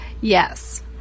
Yes